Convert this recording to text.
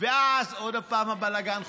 אז עוד הפעם הבלגן חוגג.